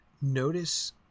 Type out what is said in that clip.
Notice